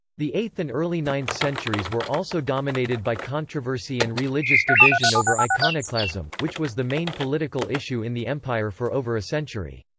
the eighth and early ninth centuries were also dominated by controversy and religious division over iconoclasm, which was the main political issue in the empire for over a century.